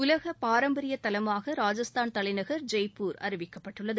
உலக பாரம்பரிய தலமாக ராஜஸ்தான் தலைநகர் ஜெய்ப்பூர் அறிவிக்கப்பட்டுள்ளது